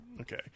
Okay